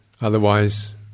otherwise